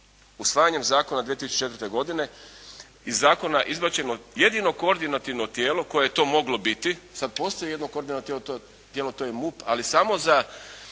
usvajanjem zakona 2004. godine iz zakona izbačeno jedino koordinativno tijelo koje je to moglo biti. Sad postoji jedno koordinativno tijelo, to je MUP, ali samo za